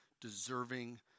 deserving